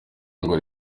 ngo